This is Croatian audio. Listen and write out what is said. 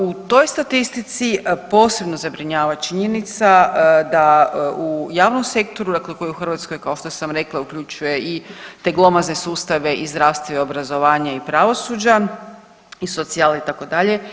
U toj statistici posebno zabrinjava činjenica da u javnom sektoru, dakle koji je u Hrvatskoj kao što sam rekla uključuje i te glomazne sustave i zdravstva i obrazovanja i pravosuđa i socijale itd.